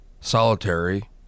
solitary